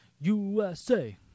USA